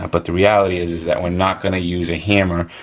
but the reality is, is that we're not gonna use a hammer,